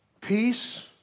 peace